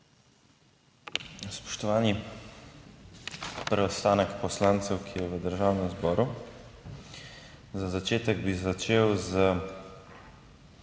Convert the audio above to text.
Spoštovani preostanek poslancev, ki je v Državnem zboru! Za začetek bi začel z